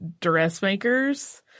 dressmakers